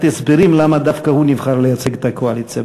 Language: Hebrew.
הסברים למה דווקא הוא נבחר לייצג את הקואליציה.